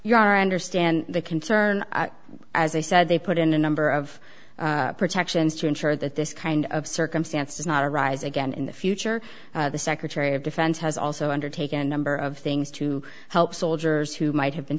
you are understand the concern as i said they put in a number of protections to ensure that this kind of circumstance does not arise again in the future the secretary of defense has also undertake a number of things to help soldiers who might have been